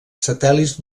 satèl·lits